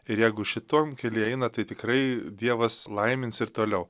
ir jeigu šituom kely eina tai tikrai dievas laimins ir toliau